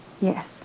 Yes